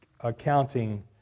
accounting